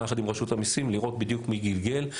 יחד עם רשות המיסים לראות בדיוק מי גלגל,